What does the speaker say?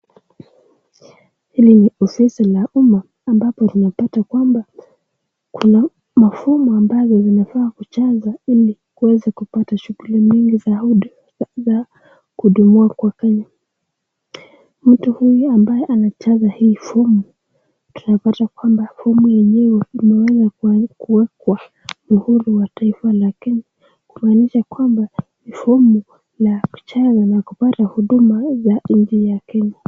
Hili ni ofisi la umma amvapo tunapata kwamba kuna mafomu ambazo zinafaa kujaza ili uweze kupata shughuli mingi za huduma za kuhudumiwa kwa wakenya mtu huyu ambaye anajaza hii fomu tunapata kwamba fomu yenyewe imeweza kuwekwa uhuru wa taifa la kenya kumaanisha kwamba ni fomu la kujaza na kupata huduma za kenya.